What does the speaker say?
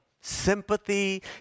sympathy